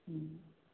हूं